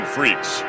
Freaks